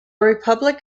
republic